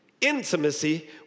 intimacy